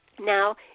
now